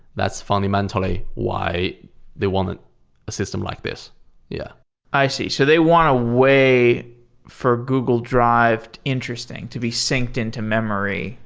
that's fundamentally why they want a system like this yeah i see. so they want to weigh for google drive interesting to be synced in to memory.